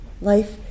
life